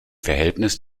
verhältnis